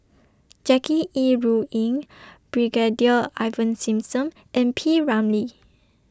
Jackie Yi Ru Ying Brigadier Ivan Simson and P Ramlee